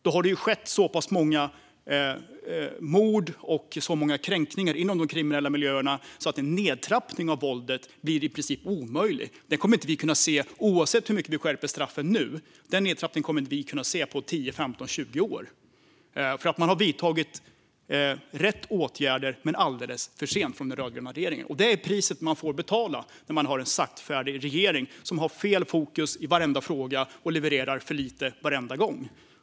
Då hade det skett så pass många mord och kränkningar inom de kriminella miljöerna att en nedtrappning av våldet blir i princip omöjlig. Vi kommer inte att kunna se denna nedtrappning på 10, 15 eller 20 år oavsett hur mycket vi skärper straffen nu. Man har vidtagit rätt åtgärder, men alldeles för sent, från den rödgröna regeringen. Det är priset man får betala när man har en saktfärdig regering som har fel fokus i varenda fråga och levererar för lite varenda gång.